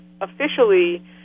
officially